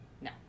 No